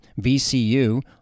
VCU